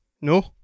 No